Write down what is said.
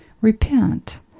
Repent